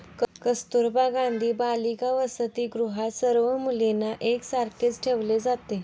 कस्तुरबा गांधी बालिका वसतिगृहात सर्व मुलींना एक सारखेच ठेवले जाते